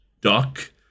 duck